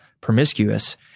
promiscuous